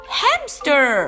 hamster